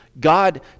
God